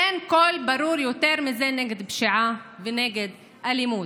אין קול ברור יותר מזה נגד הפשיעה ונגד האלימות.